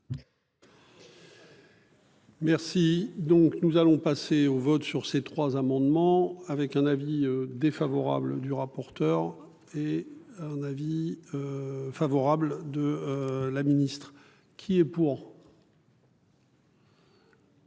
Merci. Donc nous allons passer au vote, sur ces trois amendements avec un avis défavorable du rapporteur et un avis. Favorable de. La ministre qui est pour.